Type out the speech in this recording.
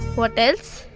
what else?